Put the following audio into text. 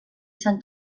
san